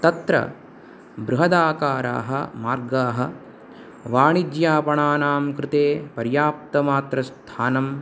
तत्र बृहदाकाराः मार्गाः वाणिज्यापणानां कृते पर्याप्तमात्रस्थानं